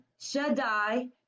Shaddai